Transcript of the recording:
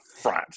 front